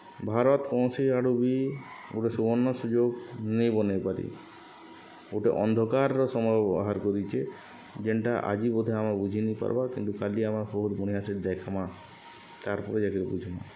ଭାରତ୍ କୌଣସି ଆଡ଼ୁ ବି ଗୁଟେ ସୁବର୍ଣ୍ଣ ସୁଯୋଗ୍ ନି ବନେଇ ପାରି ଗୁଟେ ଅନ୍ଧକାର୍ର ସମୟ ବାହାର୍ କରିଚେ ଯେନ୍ଟା ଆଜି ବୋଧେ ଆମେ ବୁଝିିନିପାର୍ବା କିନ୍ତୁ କାଲି ଆମେ ବହୁତ୍ ବଢ଼ିଆଁସେ ଦେଖ୍ମା ତ ପରେ ଯାକେ ବୁଝ୍ମା